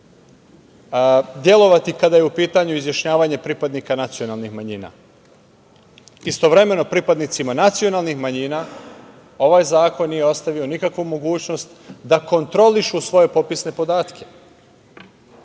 delovati kada je u pitanju izjašnjavanje pripadnika nacionalnih manjina. Istovremeno, pripadnicima nacionalnih manjina ovaj zakon nije ostavio nikakvu mogućnost da kontrolišu svoje popisne podatke